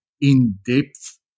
in-depth